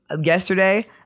yesterday